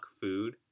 food